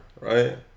right